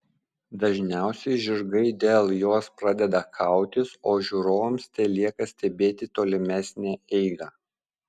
dažniausiai žirgai dėl jos pradeda kautis o žiūrovams telieka stebėti tolimesnę eigą